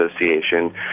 Association